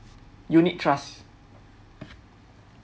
unit trust